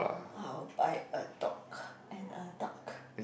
I will buy a dog and a dock